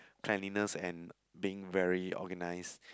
cleanliness and being very organised